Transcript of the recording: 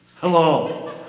Hello